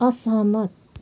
असहमत